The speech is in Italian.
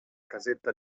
casetta